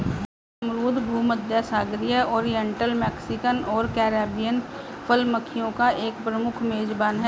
अमरूद भूमध्यसागरीय, oriental, Mexican और कैरिबियन फल मक्खियों का एक प्रमुख मेजबान है